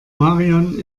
marion